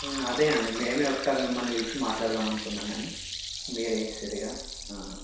అదే అండి మేము ఒకసారి మిమ్మల్ని పిలిచి మాట్లాడుదామని అనుకున్నాం కానీ మీరే చేసిర్రు ఇక